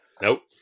Nope